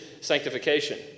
sanctification